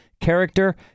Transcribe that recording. character